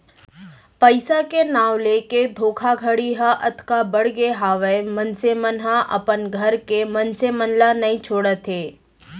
पइसा के नांव लेके धोखाघड़ी ह अतका बड़गे हावय मनसे मन ह अपन घर के मनसे मन ल नइ छोड़त हे